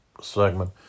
segment